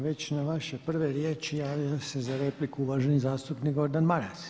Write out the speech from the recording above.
Već na vaše prve riječi javio se za repliku uvaženi zastupnik Gordan Maras.